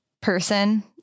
person